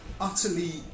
utterly